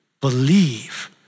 Believe